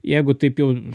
jeigu taip jau